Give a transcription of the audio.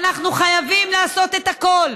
ואנחנו חייבים לעשות את הכול